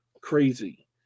crazy